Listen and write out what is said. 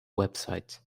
website